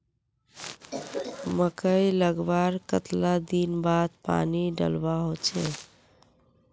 मकई लगवार कतला दिन बाद पानी डालुवा होचे?